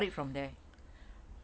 because I bought it from there